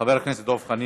חבר הכנסת דב חנין.